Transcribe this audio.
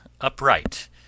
upright